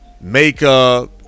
makeup